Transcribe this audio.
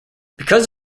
because